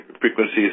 frequencies